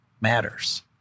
matters